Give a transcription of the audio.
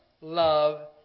love